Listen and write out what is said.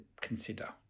consider